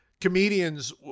comedians